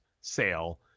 sale